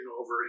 over